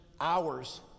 hours